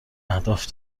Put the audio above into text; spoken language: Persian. اهداف